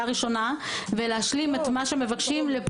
לקריאה ראשונה ולהשלים את מה שמבקשים?